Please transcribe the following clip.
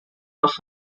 nach